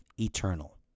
eternal